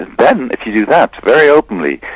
then if you do that very openly,